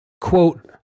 quote